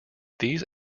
these